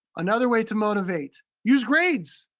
another way to motivate. use grades.